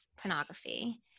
pornography